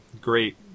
great